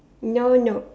no no